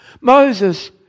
Moses